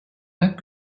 that